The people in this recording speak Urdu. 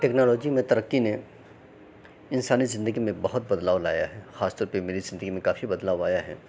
ٹیکنالوجی میں ترقی نے انسانی زندگی میں بہت بدلاؤ لایا ہے خاص طور پہ میری زندگی میں بہت بدلاؤ آیا ہے